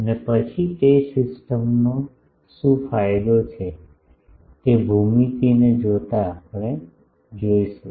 અને પછી તે સિસ્ટમનો શું ફાયદો છે તે ભૂમિતિને જોતા આપણે જોઈશું